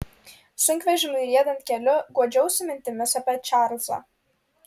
sunkvežimiui riedant keliu guodžiausi mintimis apie čarlzą